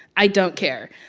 i don't care.